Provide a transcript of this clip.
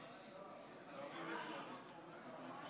46. לפיכך ההצעה